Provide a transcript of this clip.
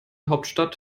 hauptstadt